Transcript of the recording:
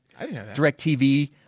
DirecTV